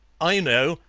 i know.